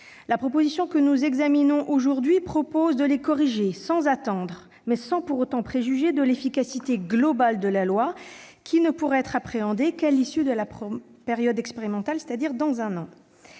La proposition de loi que nous examinons aujourd'hui vise à les corriger sans attendre, mais sans pour autant préjuger l'efficacité globale de la loi qui ne pourra être appréhendée qu'à l'issue de la période expérimentale, dans un an.